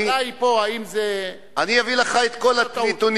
השאלה היא פה האם זה, אני אביא לך את כל הנתונים.